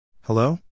Hello